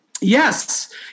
Yes